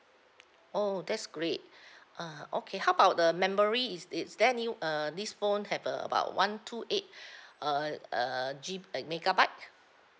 oh that's great uh okay how about the memory is is there any uh this phone have uh about one two eight uh uh G uh megabyte